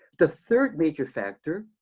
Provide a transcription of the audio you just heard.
the third major factor,